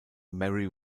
mary